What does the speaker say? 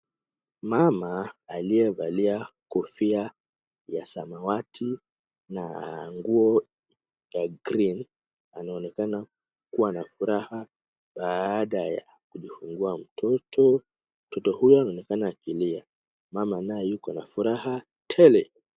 Mama aliyevalia kofia ya samawati na nguo ya green anaonekana kuwa na furaha baada ya kujifungua mtoto. Mtoto huyo anaonekana akilia. Mama naye yuko na furaha tele.